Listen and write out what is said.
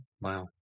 Wow